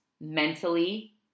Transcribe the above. mentally